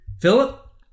Philip